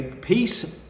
peace